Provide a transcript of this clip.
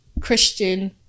Christian